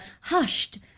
hushed